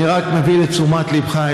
אני רק מביא לתשומת ליבך,